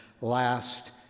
last